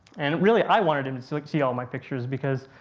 and really i wanted him to so like see all my pictures because